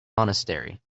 monastery